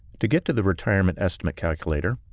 to get to the retirement estimate calculator,